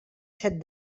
set